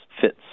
fits